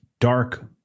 dark